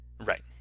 Right